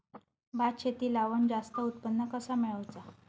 भात शेती लावण जास्त उत्पन्न कसा मेळवचा?